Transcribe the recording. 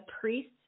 priest